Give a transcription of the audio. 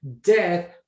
death